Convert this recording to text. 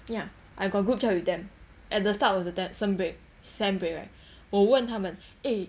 ya I got group chat with them at the start of the sem break right sem break right 我问他们 eh